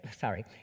Sorry